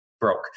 broke